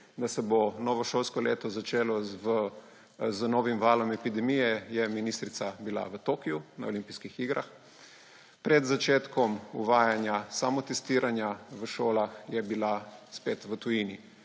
da se bo novo šolsko leto začelo z novim valom epidemije, je bila ministrica v Tokiu na Olimpijskih igrah, pred začetkom uvajanja samotestiranja v šolah je bila spet v tujini.